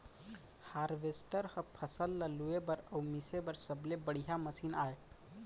harvester ह फसल ल लूए बर अउ मिसे बर सबले बड़िहा मसीन आय